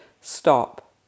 Stop